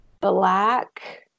black